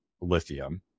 lithium